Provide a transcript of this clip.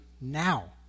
now